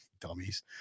dummies